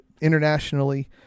internationally